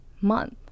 month